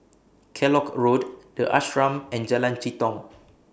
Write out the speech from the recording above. Kellock Road The Ashram and Jalan Jitong